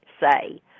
say